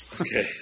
Okay